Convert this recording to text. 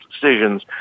decisions